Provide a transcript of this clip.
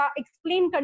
explain